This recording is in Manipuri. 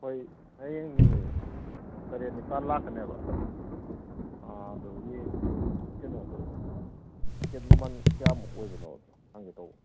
ꯑꯩꯈꯣꯏ ꯍꯌꯦꯡ ꯃꯤ ꯇꯔꯦꯠ ꯅꯤꯄꯥꯟ ꯂꯥꯛꯀꯅꯦꯕ ꯑꯗꯨꯒꯤ ꯀꯩꯅꯣꯗꯣ ꯇꯤꯀꯦꯠ ꯃꯃꯜ ꯀꯌꯥꯃꯨꯛ ꯑꯣꯏꯕꯅꯣꯗꯣ ꯍꯪꯒꯦ ꯇꯧꯕ